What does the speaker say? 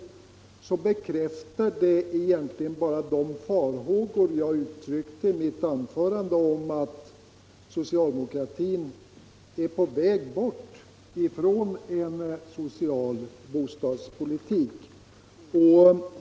Det bekräftar egentligen bara de farhågor som jag uttryckte i mitt anförande om att socialdemokratin är på väg bort från en social bostadspolitik.